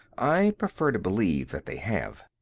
i prefer to believe that they have.